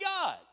God